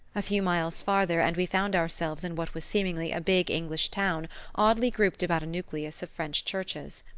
a few miles farther, and we found ourselves in what was seemingly a big english town oddly grouped about a nucleus of french churches.